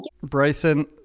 Bryson